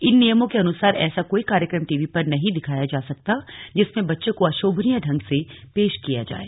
इन नियमों के अनुसार ऐसा कोई कार्यक्रम टी वी पर नहीं दिखाया जा सकता जिसमें बच्चों को अशोभनीय ढंग से पेश किया जाये